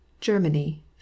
Germany